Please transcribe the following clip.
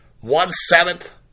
one-seventh